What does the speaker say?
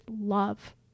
love